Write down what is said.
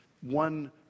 one